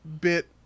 bit